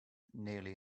nearly